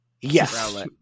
Yes